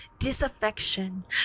Disaffection